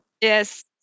Yes